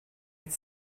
its